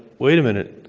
wait a minute,